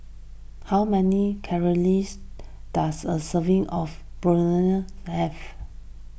how many does a serving of Burrito have